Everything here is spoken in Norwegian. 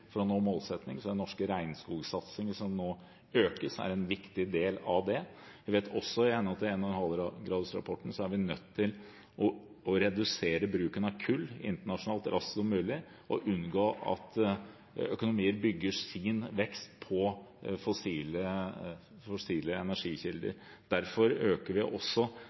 for å nå målsettingen, så den norske regnskogsatsingen som nå økes, er en viktig del av det. Vi vet også at i henhold til 1,5-gradersrapporten er vi nødt til å redusere bruken av kull internasjonalt så raskt som mulig og unngå at økonomier bygger sin vekst på fossile energikilder. Derfor øker vi også